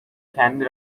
kendi